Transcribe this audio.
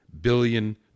billion